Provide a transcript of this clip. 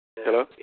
Hello